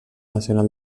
nacional